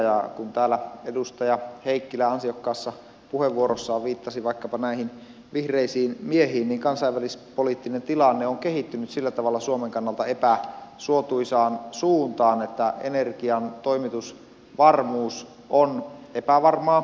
ja kun täällä edustaja heikkilä ansiokkaassa puheenvuorossaan viittasi vaikkapa näihin vihreisiin miehiin niin kansainvälispoliittinen tilanne on kehittynyt sillä tavalla suomen kannalta epäsuotuisaan suuntaan että energian toimitusvarmuus on epävarmaa